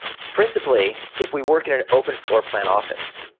principally, if we work in an open floor plan office.